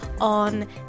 on